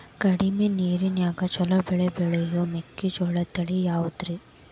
ಕಡಮಿ ನೇರಿನ್ಯಾಗಾ ಛಲೋ ಬೆಳಿ ಬೆಳಿಯೋ ಮೆಕ್ಕಿಜೋಳ ತಳಿ ಯಾವುದ್ರೇ?